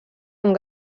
amb